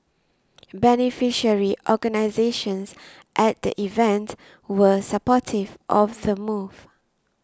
beneficiary organisations at the event were supportive of the move